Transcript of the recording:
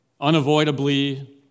unavoidably